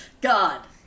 God